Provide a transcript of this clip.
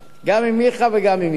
גם עם מיכה וגם עם יונה.